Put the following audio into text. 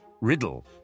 Riddle